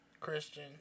Christian